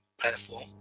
platform